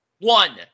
One